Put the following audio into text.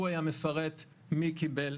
הוא היה מברר מי קיבל,